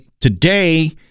Today